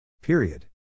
Period